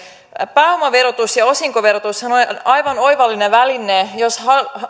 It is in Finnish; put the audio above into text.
pääomaverotus ja osinkoverotushan on aivan oivallinen väline jos